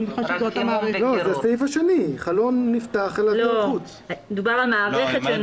אני מניחה שזאת אותה מערכת.